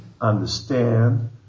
understand